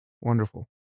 wonderful